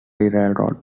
railroad